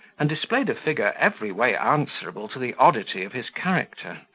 and displayed a figure every way answerable to the oddity of his character.